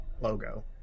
logo